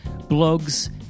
blogs